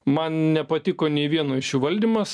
man nepatiko nei vieno iš jų valdymas